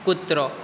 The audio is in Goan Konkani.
कुत्रो